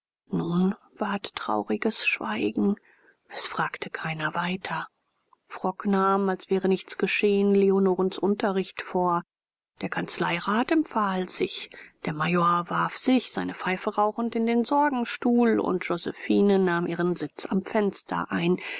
nun ward trauriges schweigen es fragte keiner weiter frock nahm als wäre nichts geschehen leonorens unterricht vor der kanzleirat empfahl sich der major warf sich seine pfeife rauchend in den sorgenstuhl und josephine nahm ihren sitz am fenster ein